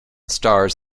starz